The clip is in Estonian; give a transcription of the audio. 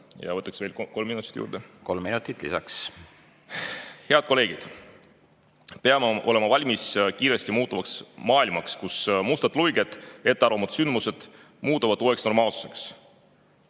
Võtaks veel kolm minutit juurde. Kolm minutit lisaks. Head kolleegid! Peame olema valmis kiiresti muutuvaks maailmaks, kus mustad luiged, ettearvamatud sündmused muutuvad uueks normaalsuseks.